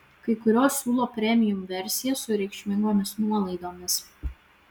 kai kurios siūlo premium versijas su reikšmingomis nuolaidomis